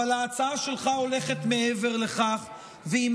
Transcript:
אבל ההצעה שלך הולכת מעבר לכך והיא